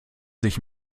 sich